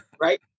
Right